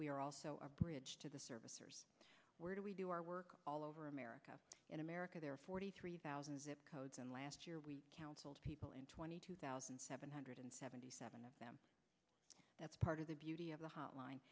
we are also our bridge to the service where do we do our work all over america in america there are forty three thousand zip codes and last year we counseled people in twenty two thousand seven hundred seventy seven of them that's part of the beauty of the hotline